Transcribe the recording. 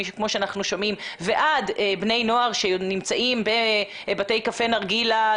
ועד בני נוער שנמצאים בבתי קפה נרגילה?